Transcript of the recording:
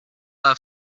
have